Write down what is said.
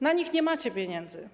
Na nich nie macie pieniędzy.